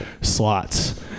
slots